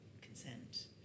consent